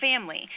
family